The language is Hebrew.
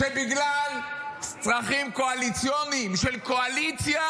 שבגלל צרכים קואליציוניים של קואליציה